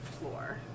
floor